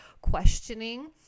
questioning